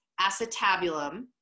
acetabulum